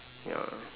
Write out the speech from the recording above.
ya